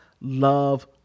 love